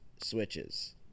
switches